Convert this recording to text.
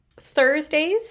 Thursdays